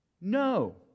No